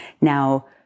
Now